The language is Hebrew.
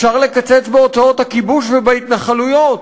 אפשר לקצץ בהוצאות הכיבוש ובהתנחלויות,